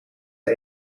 een